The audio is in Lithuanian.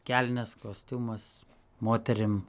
kelnės kostiumas moterim